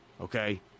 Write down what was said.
Okay